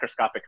macroscopic